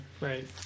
right